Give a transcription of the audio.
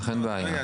גרוע מאוד.